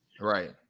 Right